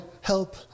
help